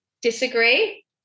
Disagree